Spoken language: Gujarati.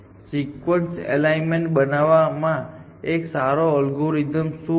સિક્વન્સ એલાઇનમેન્ટ બનાવવા માટે એક સારો અલ્ગોરિધમ શું હશે